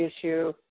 issue